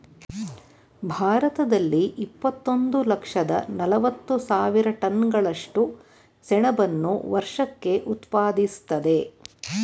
ಭಾರತದಲ್ಲಿ ಇಪ್ಪತ್ತೊಂದು ಲಕ್ಷದ ನಲವತ್ತು ಸಾವಿರ ಟನ್ಗಳಷ್ಟು ಸೆಣಬನ್ನು ವರ್ಷಕ್ಕೆ ಉತ್ಪಾದಿಸ್ತದೆ